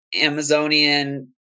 Amazonian